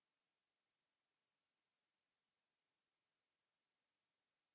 Kiitos